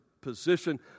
position